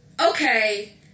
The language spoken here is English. Okay